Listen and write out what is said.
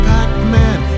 Pac-Man